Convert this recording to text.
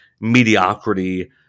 mediocrity